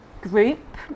group